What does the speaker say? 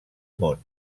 món